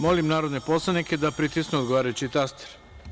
Molim narodne poslanike da pritisnu odgovarajući taster.